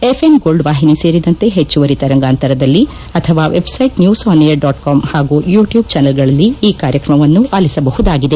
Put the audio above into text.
FM gold ವಾಹಿನಿ ಸೇರಿದಂತೆ ಹೆಚ್ಚುವರಿ ತರಂಗಾಂತರದಲ್ಲಿ ಅಥವಾ website news on air dot com ಹಾಗೂ ಯುಟ್ಯೂಬ್ ಚಾನೆಲ್ಗಳಲ್ಲಿ ಈ ಕಾರ್ಯಕ್ರಮವನ್ನು ಆಲಿಸಬಹುದಾಗಿದೆ